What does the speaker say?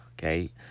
Okay